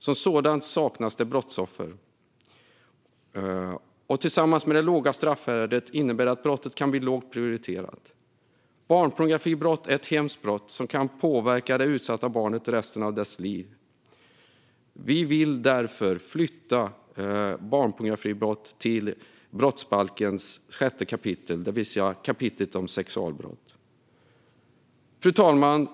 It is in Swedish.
Som sådant saknar det brottsoffer. Tillsammans med det låga straffvärdet innebär det att brottet kan bli lågt prioriterat. Barnpornografibrott är ett hemskt brott som kan påverka det utsatta barnet resten av dess liv. Vi vill därför flytta barnpornografibrott till 6 kap. brottsbalken, det vill säga kapitlet om sexualbrott. Fru talman!